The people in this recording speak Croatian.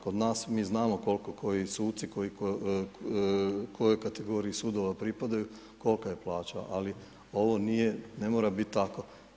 Kod nas mi znamo koliko koji suci, kojoj kategoriji sudova pripadaju, kolika je plaća, ali ovo ne mora biti tako.